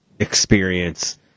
experience